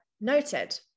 Noted